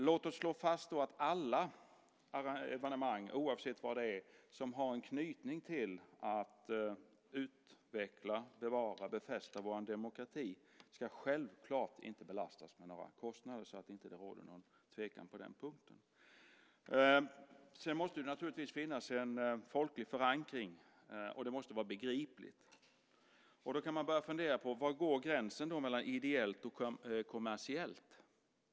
Låt oss slå fast att alla evenemang, oavsett vad det är, som har en knytning till att utveckla, bevara och befästa vår demokrati självklart inte ska belastas med några kostnader, så att det inte råder någon tvekan på den punkten. Det måste naturligtvis finnas en folklig förankring, och det måste vara begripligt. Då kan man börja fundera: Var går gränsen mellan ideellt och kommersiellt?